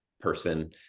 person